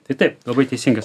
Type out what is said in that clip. tai taip labai teisingas